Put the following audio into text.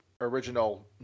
original